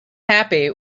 happy